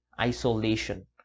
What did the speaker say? isolation